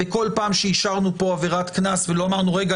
בכל פעם שאישרנו פה עבירת קנס ולא אמרנו: רגע,